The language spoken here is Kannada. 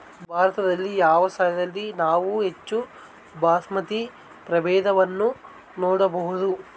ಭಾರತದಲ್ಲಿ ಯಾವ ಸ್ಥಳದಲ್ಲಿ ನಾವು ಹೆಚ್ಚು ಬಾಸ್ಮತಿ ಪ್ರಭೇದವನ್ನು ನೋಡಬಹುದು?